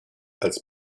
als